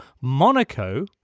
Monaco